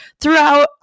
throughout